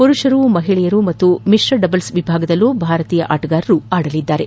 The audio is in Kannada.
ಮರುಷರ ಮಹಿಳೆಯರ ಹಾಗೂ ಮಿಶ್ರ ಡಬಲ್ಸ್ ವಿಭಾಗದಲ್ಲೂ ಭಾರತೀಯ ಆಟಗಾರರು ಆಡಲಿದ್ದಾರೆ